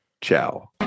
ciao